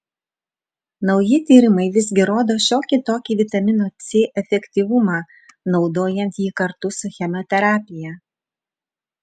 nauji tyrimai visgi rodo šiokį tokį vitamino c efektyvumą naudojant jį kartu su chemoterapija